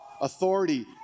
authority